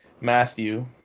Matthew